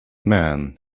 man